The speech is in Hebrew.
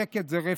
שקט זה רפש.